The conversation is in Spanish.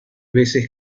veces